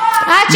מיכל.